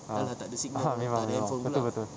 ah (uh huh) memang memang betul betul